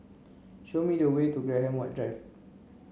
show me the way to Graham White Drive